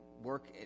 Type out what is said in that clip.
work